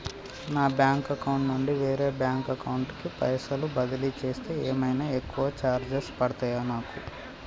నా bank account నుండి వేరే బ్యాంక్ అకౌంట్ కి పైసల్ బదిలీ చేస్తే ఏమైనా ఎక్కువ చార్జెస్ పడ్తయా నాకు?